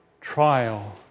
trial